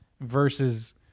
versus